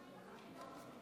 המכס: